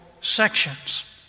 sections